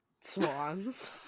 swans